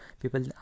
people